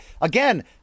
Again